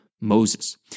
Moses